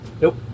Nope